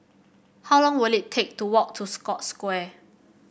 how long will it take to walk to Scotts Square